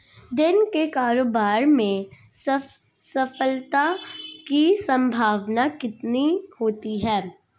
दिन के कारोबार में सफलता की संभावना कितनी होती है?